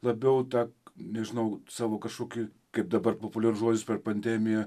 labiau tą nežinau savo kažkokį kaip dabar populiarus žodis per pandemiją